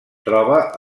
troba